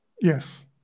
Yes